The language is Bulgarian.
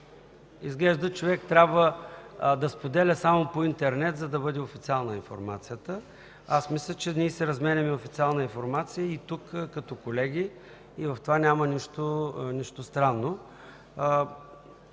Изглежда човек трябва да споделя само по интернет, за да бъде официална информацията. Мисля, че ние си разменяме официална информация тук като колеги, и в това няма нищо странно.